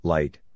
Light